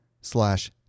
slash